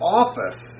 office